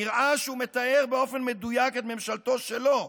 נראה שהוא מתאר באופן מדויק את ממשלתו שלו,